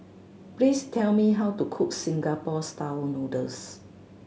please tell me how to cook Singapore Style Noodles